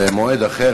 במועד אחר.